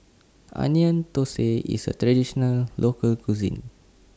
Onion Thosai IS A Traditional Local Cuisine